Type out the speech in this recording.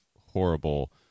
horrible